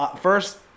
first